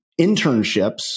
internships